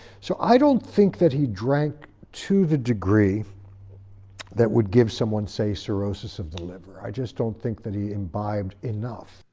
so i don't think he drank to the degree that would give someone say, cirrhosis of the liver, i just don't think that he imbibed enough.